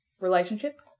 relationship